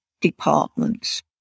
departments